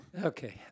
okay